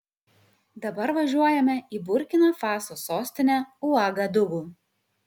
dabar važiuojame į burkina faso sostinę uagadugu